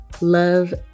love